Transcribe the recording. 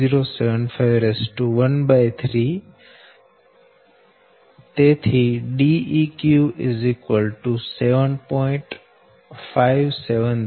573 m